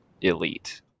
elite